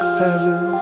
heaven